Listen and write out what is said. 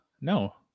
No